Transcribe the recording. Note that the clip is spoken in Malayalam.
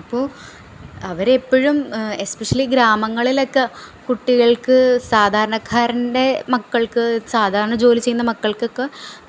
അപ്പോള് അവരെപ്പഴും എസ്പെഷ്യലി ഗ്രാമങ്ങളിലൊക്കെ കുട്ടികൾക്ക് സാധാരണക്കാരൻ്റെ മക്കൾക്ക് സാധാരണ ജോലി ചെയ്യുന്ന മക്കൾക്കൊക്ക